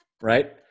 right